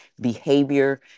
behavior